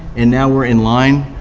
and now we're in line